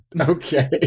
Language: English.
Okay